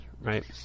right